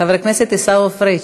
חבר הכנסת עיסאווי פריג'.